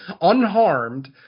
unharmed